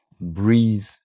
breathe